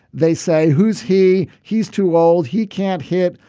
they say who's he. he's too old. he can't hit.